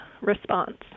response